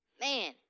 man